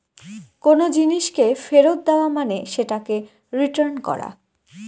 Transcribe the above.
কোনো জিনিসকে ফেরত দেওয়া মানে সেটাকে রিটার্ন করা